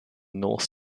north